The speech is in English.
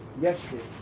yesterday